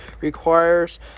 requires